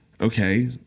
okay